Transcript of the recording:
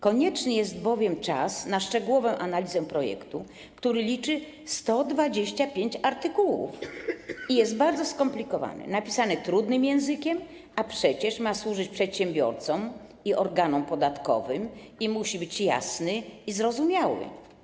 Konieczny jest bowiem czas na szczegółową analizę projektu, który liczy 125 artykułów i jest bardzo skomplikowany, napisany trudnym językiem, a przecież ma służyć przedsiębiorcom i organom podatkowym i musi być jasny i zrozumiały.